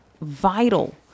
vital